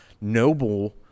noble